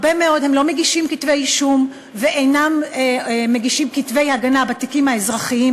הם לא מגישים כתבי אישום ואינם מגישים כתבי הגנה בתיקים אזרחיים.